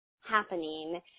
happening